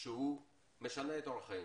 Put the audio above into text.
שהוא משנה את אורח חייו,